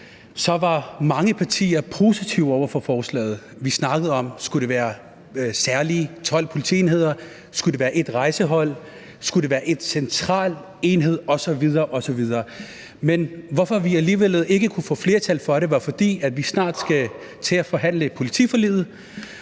var mange partier positive over for forslaget. Vi snakkede om, om det skulle være 12 særlige politienheder, om det skulle være et rejsehold, om det skulle være en central enhed osv. osv. Hvorfor vi alligevel ikke kunne få flertal for forslaget, skyldes, at vi snart skal til at forhandle et politiforlig.